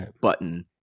button